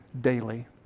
daily